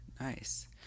nice